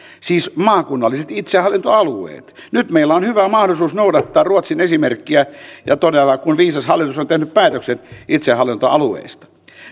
siis maakunnalliset itsehallintoalueet nyt meillä on hyvä mahdollisuus noudattaa ruotsin esimerkkiä todella kun viisas hallitus on on tehnyt päätöksen itsehallintoalueista